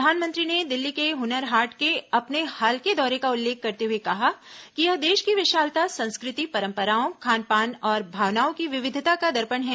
प्रधानमंत्री ने दिल्ली के हुनर हाट के अपने हाल के दौरे का उल्लेख करते हुए कहा कि यह देश की विशालता संस्कृति परपराओं खान पान और भावनाओं की विविधता का दर्पण है